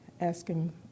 asking